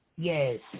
Yes